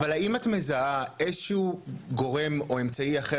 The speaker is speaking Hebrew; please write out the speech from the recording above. אבל האם את מזהה איזה שהוא גורם או אמצעי אחר